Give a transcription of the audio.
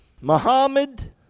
Muhammad